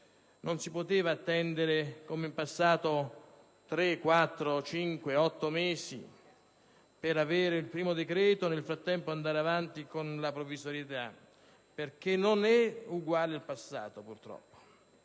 non si potevano attendere, come in passato, tre, quattro, cinque o otto mesi per avere il primo decreto e nel frattempo andare avanti con la provvisorietà, perché purtroppo